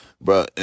bro